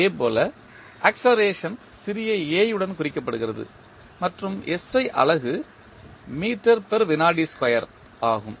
இதேபோல் ஆக்ஸெலரேஷன் சிறிய a உடன் குறிக்கப்படுகிறது மற்றும் SI அலகு மீட்டர் விநாடி ஸ்கொயர் meter second sqaure ஆகும்